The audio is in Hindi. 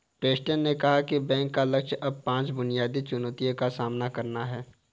प्रेस्टन ने कहा कि बैंक का लक्ष्य अब पांच बुनियादी चुनौतियों का सामना करना है